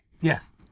Yes